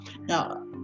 Now